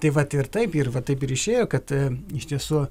tai vat ir taip ir va taip ir išėjo kad iš tiesų